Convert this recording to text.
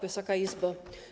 Wysoka Izbo!